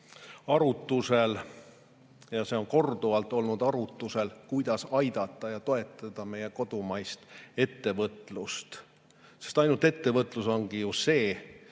arutusel – ja see on korduvalt olnud arutlusel –, kuidas aidata ja toetada meie kodumaist ettevõtlust, sest ainult ettevõtlus ongi ju see,